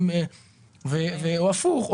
או להיפך,